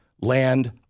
land